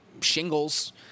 shingles